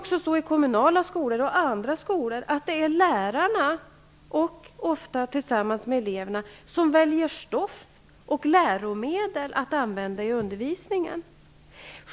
I kommunala skolor och andra skolor är det ofta som lärarna tillsammans med eleverna väljer stoff och läromedel att använda i undervisningen.